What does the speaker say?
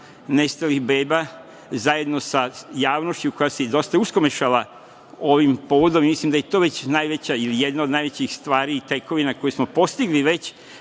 nestalih beba, zajedno sa javnošću koja se uskomešala ovim povodom. Mislim da je to jedna od najvećih stvari i tekovina koju smo postigli već,